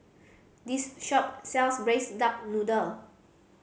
this shop sells Braised Duck Noodle